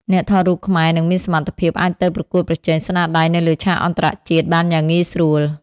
អ្នកថតរូបខ្មែរនឹងមានសមត្ថភាពអាចទៅប្រកួតប្រជែងស្នាដៃនៅលើឆាកអន្តរជាតិបានយ៉ាងងាយស្រួល។